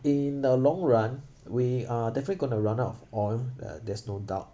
in the long run we uh definitely going to run out of oil uh there's no doubt